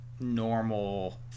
normal